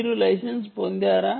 మీరు లైసెన్స్ పొందారా